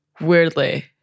weirdly